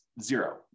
zero